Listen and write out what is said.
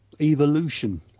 evolution